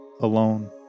alone